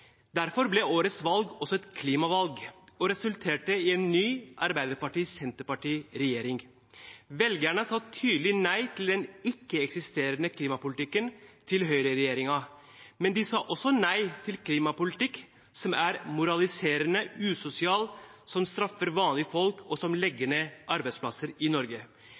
Derfor ble årets valg også et klimavalg og resulterte i en ny regjering – en Arbeiderparti–Senterparti-regjering. Velgerne sa tydelig nei til den ikke-eksisterende klimapolitikken til Høyre-regjeringen, men de sa også nei til en klimapolitikk som er moraliserende, usosial, som straffer vanlige folk, og som legger ned arbeidsplasser i Norge.